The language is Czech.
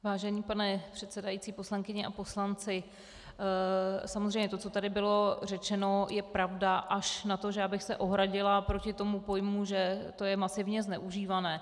Vážený pane předsedající, poslankyně a poslanci, samozřejmě to, co tady bylo řečeno, je pravda až na to, že bych se ohradila proti tomu pojmu, že to je masivně zneužívané.